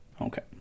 Okay